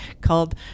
called